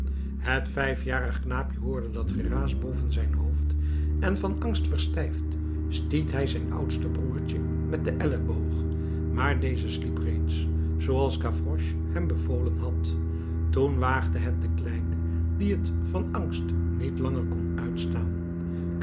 het vijfjarig knaapje hoorde dat geraas boven zijn hoofd en van angst verstijfd stiet hij zijn oudste broertje met den elleboog maar deze sliep reeds zooals gavroche hem bevolen had toen waagde het de kleine die het van angst niet langer kon uitstaan